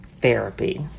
therapy